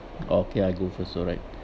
okay I go first alright